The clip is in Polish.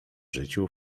życiu